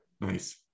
Nice